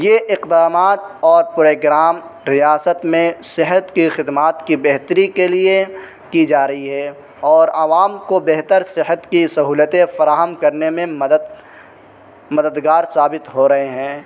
یہ اقدامات اور پروگرام ریاست میں صحت کی خدمات کی بہتری کے لیے کی جا رہی ہے اور عوام کو بہتر صحت کی سہولتیں فراہم کرنے میں مدد مددگار ثابت ہو رہے ہیں